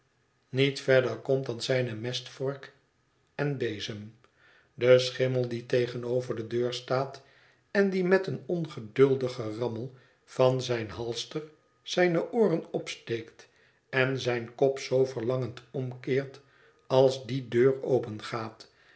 niet verder komt dan zijne mestvork en bezem de schimmel die tegenover de deur staat en die met een ongeduldig gerammel van zijn halster zijne ooren opsteekt en zijn kop zoo verlangend omkeert als die deur opengaat